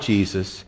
Jesus